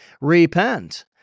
repent